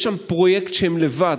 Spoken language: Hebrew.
יש שם פרויקט שהם לבד,